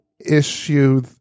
issue